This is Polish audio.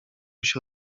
się